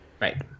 Right